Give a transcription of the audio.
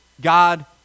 God